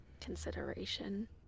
consideration